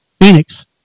Phoenix